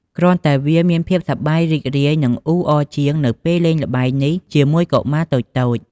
គ្រាន់តែ វាមានភាពសប្បាយរីករាយ និង អ៊ូអរជាងនៅពេលលេងល្បែងនេះជាមួយកុមារតូច។